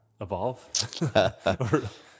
Evolve